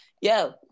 yo